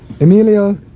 Emilio